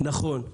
נכון,